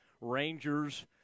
Rangers